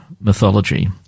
mythology